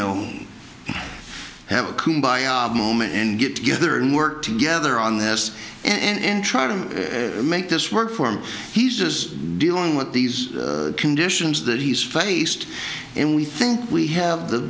know have a cool biog moment and get together and work together on this and try to make this work for him he's just dealing with these conditions that he's faced and we think we have the